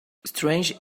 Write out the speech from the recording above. strange